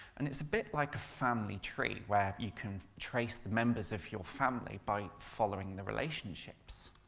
and it's a bit like a family tree, where you can trace the members of your family by following the relationships.